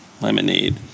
Lemonade